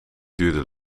duurde